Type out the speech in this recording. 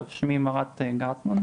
טוב, שמי מרט גרטמן.